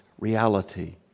reality